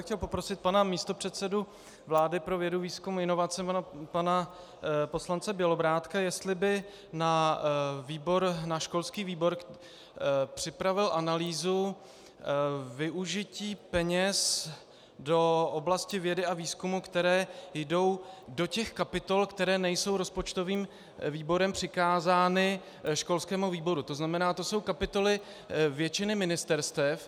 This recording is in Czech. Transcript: Chtěl bych poprosit pana místopředsedu vlády pro vědu, výzkum, inovace pana poslance Bělobrádka, jestli by na školský výbor připravil analýzu využití peněz do oblasti vědy a výzkumu, které jdou do těch kapitol, které nejsou rozpočtovým výborem přikázány školskému výboru, tzn. to jsou kapitoly většiny ministerstev.